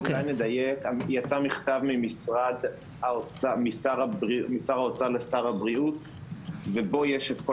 יצא מכתב משר האוצר לשר הבריאות ובו יש את כל